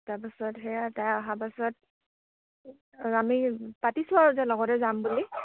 তাৰপাছত সেয়া তাই অহাৰ পাছত আমি পাতিছোঁ আৰু যে লগতে যাম বুলি